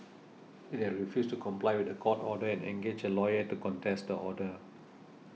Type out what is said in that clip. it had refused to comply with the court order and engaged a lawyer to contest the order